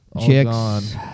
Chicks